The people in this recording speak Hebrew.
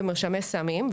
במרשמי סמים,